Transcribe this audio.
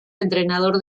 entrenador